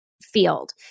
field